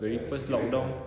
ya circuit breaker